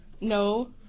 No